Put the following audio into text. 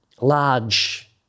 large